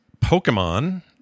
Pokemon